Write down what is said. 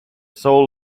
soul